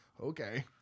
okay